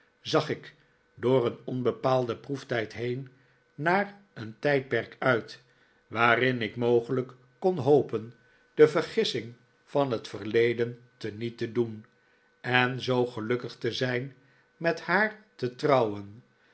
zag ik door een onbepaalden proeftijd heen naar een tijdperk uit waarin ik mogelijk kon hopen de vergissing van het verleden te niet te doen en zoo gelukkig te zijn met haar te trouwen